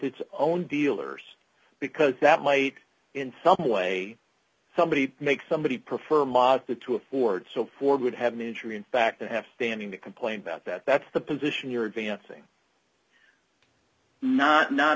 it's own dealers because that might in some way somebody make somebody prefer mot that to afford so ford would have an injury in fact they have standing to complain about that that's the position you're advancing not not